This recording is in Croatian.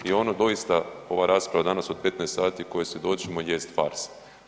I ono doista ova rasprava danas od 15 sati kojoj svjedočimo jest farsa.